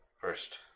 First